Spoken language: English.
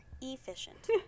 efficient